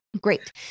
Great